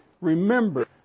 remember